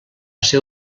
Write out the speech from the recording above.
ser